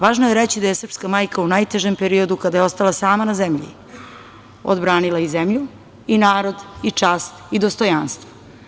Važno je reći da je srpska majka u najtežem periodu kada je ostala sama na zemlji, odbranila i zemlju, narod, čast i dostojanstvo.